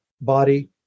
body